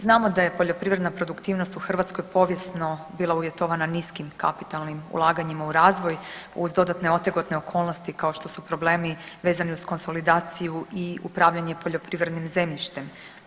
Znamo da je poljoprivredna produktivnost u Hrvatskoj povijesno bila uvjetovana niskim kapitalnim ulaganjima u razvoj uz dodatne otegotne okolnosti kao što su problemi vezani uz konsolidaciju i upravljanje poljoprivrednim zemljištem.